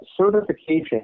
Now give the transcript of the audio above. Certification